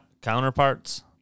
Counterparts